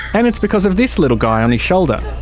and it's because of this little guy on his shoulder.